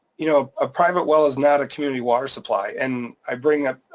you know a private well is not a community water supply, and i bring up.